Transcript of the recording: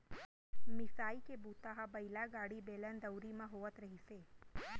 मिसाई के बूता ह बइला गाड़ी, बेलन, दउंरी म होवत रिहिस हे